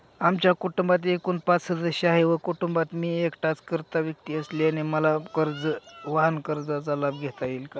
आमच्या कुटुंबात एकूण पाच सदस्य आहेत व कुटुंबात मी एकटाच कर्ता व्यक्ती असल्याने मला वाहनकर्जाचा लाभ घेता येईल का?